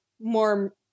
more